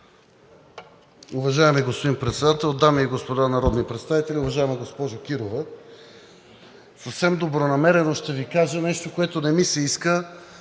Уважаеми господин Председател, дами и господа народни представители! Уважаема госпожо Кирова, съвсем добронамерено ще Ви кажа нещо, което не ми се иска,